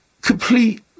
complete